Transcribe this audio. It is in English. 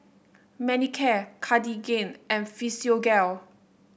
Manicare Cartigain and Physiogel